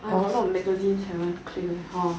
got a lot magazines haven clean hor